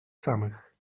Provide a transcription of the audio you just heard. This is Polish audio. samych